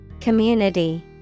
Community